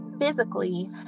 physically